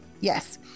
Yes